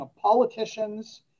politicians